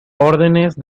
órdenes